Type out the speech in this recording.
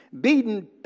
beaten